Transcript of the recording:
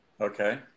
okay